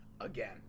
again